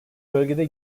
bölgede